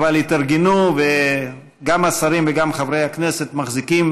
התארגנו, וגם השרים וגם חברי הכנסת מחזיקים